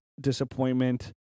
disappointment